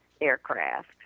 aircraft